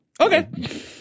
Okay